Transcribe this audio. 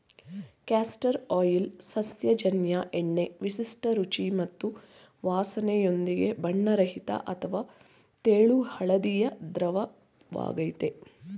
castor oil ಸಸ್ಯಜನ್ಯ ಎಣ್ಣೆ ವಿಶಿಷ್ಟ ರುಚಿ ಮತ್ತು ವಾಸ್ನೆಯೊಂದಿಗೆ ಬಣ್ಣರಹಿತ ಅಥವಾ ತೆಳು ಹಳದಿ ದ್ರವವಾಗಯ್ತೆ